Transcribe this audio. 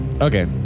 Okay